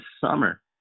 summer